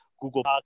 Google